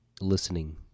listening